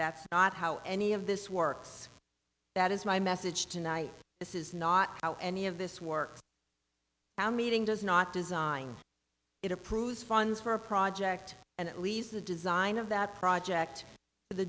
that's not how any of this works that is my message tonight this is not how any of this works our meeting does not design it approves funds for a project and at least the design of that project the